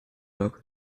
local